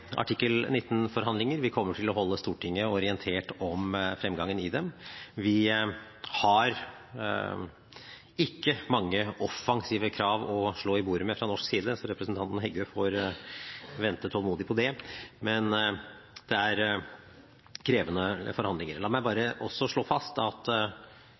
artikkel 19-forhandlinger. Vi kommer til å holde Stortinget orientert om fremgangen i dem. Vi har ikke mange offensive krav å slå i bordet med fra norsk side, så representanten Heggø får vente tålmodig på det, men det er krevende forhandlinger. La meg bare også slå fast at